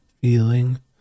feeling